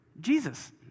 Jesus